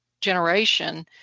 generation